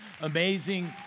amazing